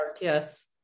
Yes